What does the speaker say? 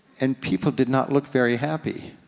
and people did not look very happy.